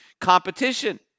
competition